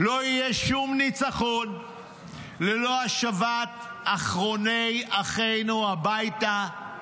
לא יהיה שום ניצחון ללא השבת אחרוני אחינו הביתה,